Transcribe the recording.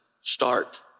start